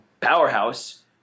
powerhouse